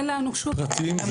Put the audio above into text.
אין לנו שום קשר.